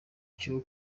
cyo